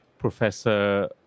Professor